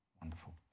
Wonderful